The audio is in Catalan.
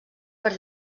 per